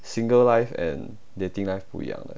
single life and dating life 不一样的